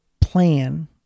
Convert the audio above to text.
plan